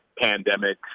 pandemic